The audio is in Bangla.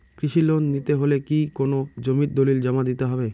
কৃষি লোন নিতে হলে কি কোনো জমির দলিল জমা দিতে হবে?